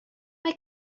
mae